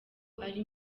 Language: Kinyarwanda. ari